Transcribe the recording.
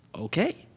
Okay